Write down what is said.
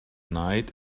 night